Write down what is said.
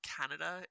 Canada